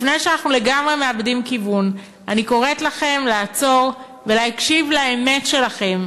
לפני שאנחנו לגמרי מאבדים כיוון אני קוראת לכם לעצור ולהקשיב לאמת שלכם,